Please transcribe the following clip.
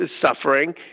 suffering